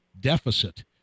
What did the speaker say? deficit